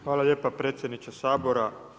Hvala lijepa predsjedniče Sabora.